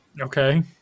Okay